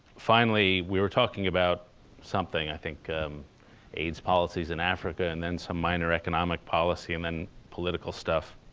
finally we were talking about something, i think aids policies in africa and then some minor economic policy and then political stuff.